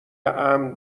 امن